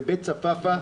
בבית צפפא,